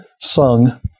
sung